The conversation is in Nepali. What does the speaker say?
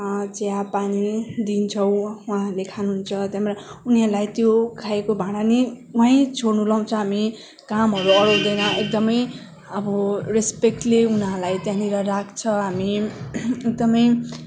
चियापानी दिन्छौँ उहाँहरूले खानुहुन्छ त्यहाँबाट उनीहरूलाई त्यो खाएको भाँडा नि वहीँ छोड्नु लाउछौँ हामी कामहरू अराउँदैन एकदमै अब रेस्पेक्टले उनीहरूलाई त्यहाँनिर राख्छ हामी एकदमै